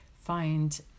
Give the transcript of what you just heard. find